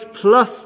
plus